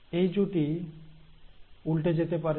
এই জুটি উল্টে যেতে পারে